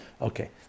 Okay